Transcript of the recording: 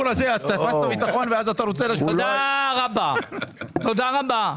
המטה אחראי על הקניות או המשטרה בעצמה אחראית על הקניות שלה?